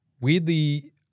weirdly